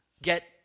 get